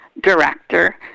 director